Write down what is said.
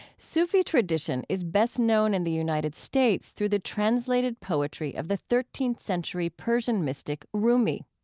sufi tradition is best known in the united states through the translated poetry of the thirteenth century persian mystic rumi.